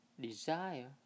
desire